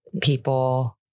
people